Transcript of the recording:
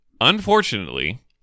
unfortunately